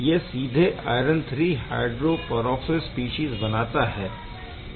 यह सीधे iron III hydroperoxo species बनाता है